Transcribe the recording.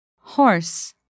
Horse